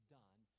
done